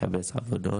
מחפש עבודות,